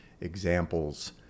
examples